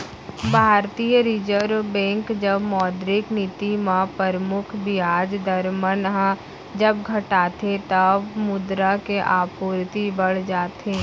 भारतीय reserve bank जब मौद्रिक नीति म परमुख बियाज दर मन ह जब घटाथे तब मुद्रा के आपूरति बड़ जाथे